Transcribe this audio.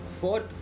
fourth